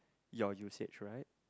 your usage right